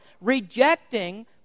rejecting